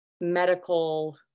medical